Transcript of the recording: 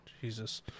Jesus